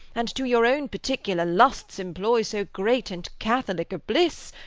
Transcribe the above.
and, to your own particular lusts employ so great and catholic a bliss,